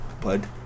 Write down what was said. bud